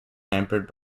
hampered